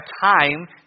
time